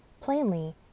Plainly